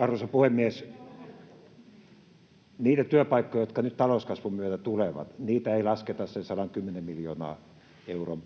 Arvoisa puhemies! Niitä työpaikkoja, jotka nyt talouskasvun myötä tulevat, ei lasketa sen 110 miljoonan euron